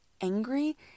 angry